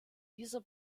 dieser